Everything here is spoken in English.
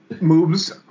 Moves